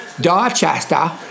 Dorchester